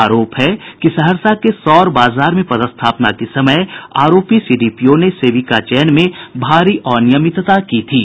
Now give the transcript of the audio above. आरोप है कि सहरसा के सौर बाजार में पदस्थापना के समय आरोपी सीडीपीओ ने सेविका चयन में भारी अनियमितता की थी